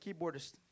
keyboardist